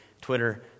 Twitter